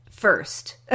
first